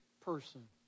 person